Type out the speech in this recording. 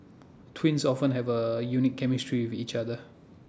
twins often have A unique chemistry with each other